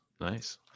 nice